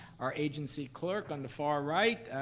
our agency clerk on the far right,